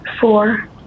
four